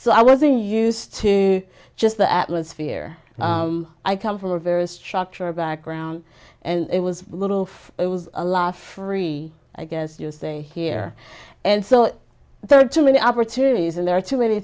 so i wasn't used to just the atmosphere i come from a very structured background and it was a little of it was a laugh free i guess you say here and so there are too many opportunities and there are too many